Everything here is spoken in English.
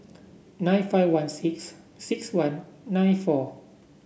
nine five one six six one nine four